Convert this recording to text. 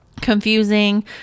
confusing